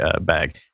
bag